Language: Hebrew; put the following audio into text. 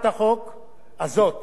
היא הצעת החוק ה-106